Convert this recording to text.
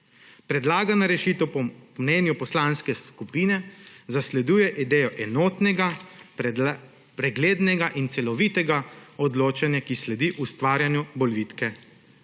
Predlagana rešitev po mnenju poslanske skupine zasleduje idejo enotnega, preglednega in celovitega odločanja, ki sledi ustvarjanju bolj vitke